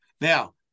Now